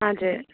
हजुर